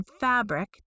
fabric